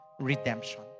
redemption